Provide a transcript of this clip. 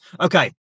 Okay